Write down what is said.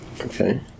Okay